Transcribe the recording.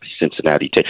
Cincinnati